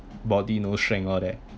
body no strength all that